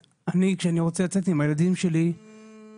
כשאני רוצה לצאת עם הילדים שלי לגינה,